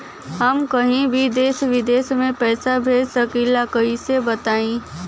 हम कहीं भी देश विदेश में पैसा भेज सकीला कईसे बताई?